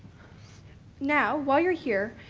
now while you're here,